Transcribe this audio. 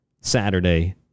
Saturday